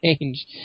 change